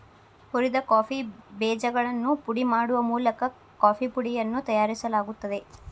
ಹುರಿದ ಕಾಫಿ ಬೇಜಗಳನ್ನು ಪುಡಿ ಮಾಡುವ ಮೂಲಕ ಕಾಫೇಪುಡಿಯನ್ನು ತಯಾರಿಸಲಾಗುತ್ತದೆ